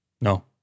No